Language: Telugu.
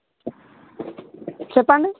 చెప్పండి